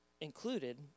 included